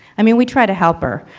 i mean, we try to help her,